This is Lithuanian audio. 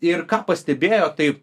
ir ką pastebėjo tai